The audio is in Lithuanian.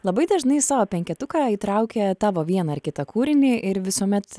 labai dažnai į savo penketuką įtraukia tavo vieną ar kitą kūrinį ir visuomet